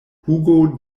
hugo